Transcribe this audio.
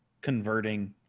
converting